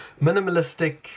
Minimalistic